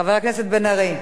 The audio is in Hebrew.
חבר הכנסת בן-ארי.